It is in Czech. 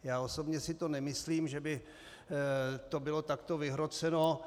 Já osobně si to nemyslím, že by to bylo takto vyhroceno.